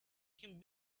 can